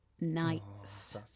nights